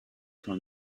from